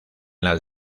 las